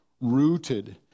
rooted